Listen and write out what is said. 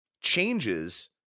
changes